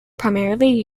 primarily